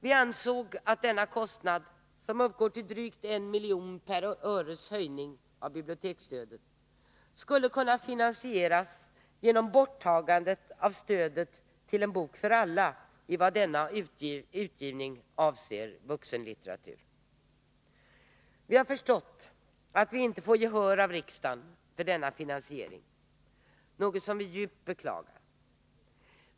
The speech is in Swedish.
Vi ansåg att denna kostnad, som uppgår till drygt 1 miljon för varje öres höjning av biblioteksstödet, skulle kunna finansieras genom borttagandet av stödet till En bok för alla, i vad denna utgivning avser vuxenlitteratur. Vi har förstått att vi inte får gehör av riksdagen för denna finansiering, något som vi djupt beklagar.